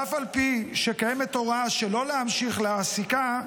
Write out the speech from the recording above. ואף על פי שקיימת הוראה שלא להמשיך להעסיקה,